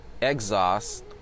exhaust